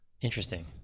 Interesting